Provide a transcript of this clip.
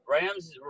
Rams